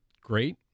great